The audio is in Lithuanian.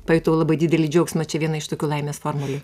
pajutau labai didelį džiaugsmą čia viena iš tokių laimės formulių